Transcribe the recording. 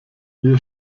hier